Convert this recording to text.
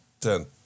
ten